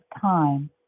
Time